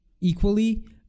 equally